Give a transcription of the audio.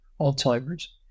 Alzheimer's